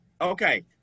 Okay